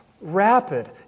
rapid